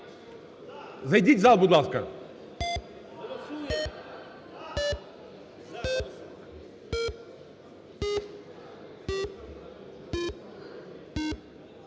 Зайдіть в зал, будь ласка.